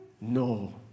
No